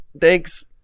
Thanks